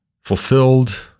fulfilled